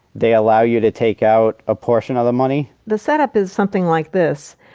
they allow you to take out a portion of the money. the setup is something like this.